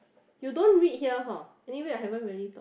you don't read here hor anyway I haven't really talk